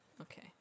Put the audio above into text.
okay